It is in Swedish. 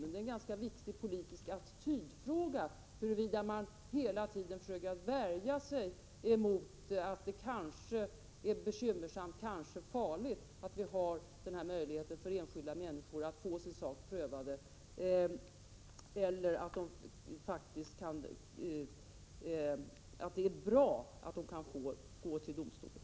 Det är en ganska viktig politisk attitydfråga huruvida man hela tiden försöker att värja sig genom att säga att det kanske är bekymmersamt och kanske farligt att vi skall ha den här möjligheten för enskilda människor att få sin sak prövad eller huruvida man faktiskt menar att det är bra att de kan få gå till denna domstol.